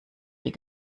die